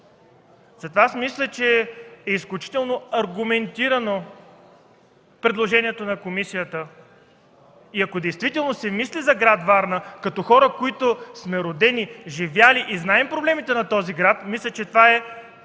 Затова мисля, че е изключително аргументирано предложението на комисията. И ако действително се мисли за град Варна като хора, които сме родени, живели и знаем проблемите на този град, мисля, че това е